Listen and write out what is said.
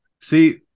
see